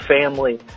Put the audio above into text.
family